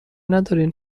ندارین